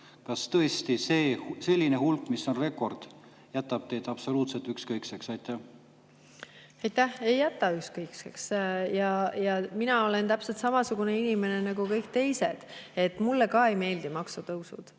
Kas tõesti selline hulk [inimesi], mis on rekord, jätab teid absoluutselt ükskõikseks? Aitäh! Ei jäta ükskõikseks. Mina olen täpselt samasugune inimene nagu kõik teised. Mulle ka ei meeldi maksutõusud.